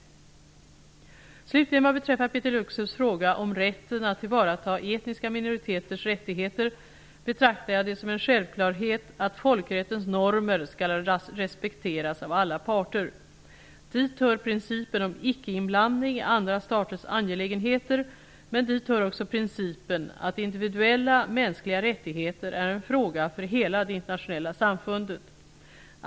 Slutligen vad beträffar Peeter Lukseps fråga om rätten att tillvarata etniska minoriteters rättigheter betraktar jag det som en självklarhet att folkrättens normer skall respekteras av alla parter. Dit hör principen om icke-inblandning i andra staters angelägenheter men dit hör också principen att individuella mänskliga rättigheter är en fråga för hela det internationella samfundet.